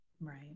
Right